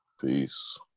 Peace